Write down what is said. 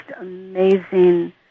amazing